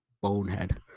bonehead